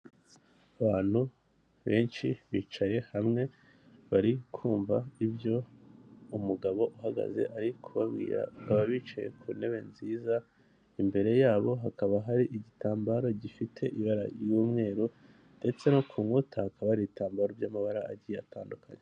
Abantu benshi bicaye hamwe bari kumva ibyo umugabo uhagaze ari kubabwira, bakaba bicaye ku ntebe nziza, imbere yabo hakaba hari igitambaro gifite ibara ry'umweru ndetse no ku nkuta hakaba hari ibitambaro by'amabara agiye atandukanye.